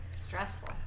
Stressful